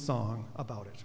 song about it